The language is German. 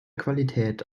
qualität